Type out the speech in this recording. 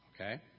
okay